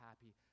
happy